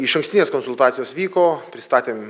išankstinės konsultacijos vyko pristatėm